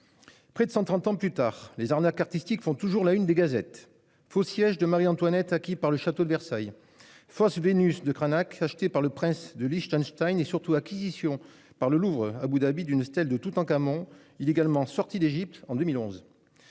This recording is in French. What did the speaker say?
trente ans plus tard, les arnaques artistiques font toujours la une des gazettes : faux sièges de Marie-Antoinette acquis par le château de Versailles, fausse Vénus de Cranach achetée par le prince de Liechtenstein et, surtout, acquisition par le Louvre Abu Dhabi d'une stèle de Toutankhamon illégalement sortie d'Égypte en 2011.